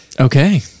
Okay